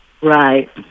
right